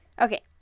Okay